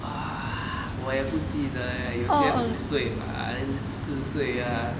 我也不记得 eh 有些五岁 then 四岁 ah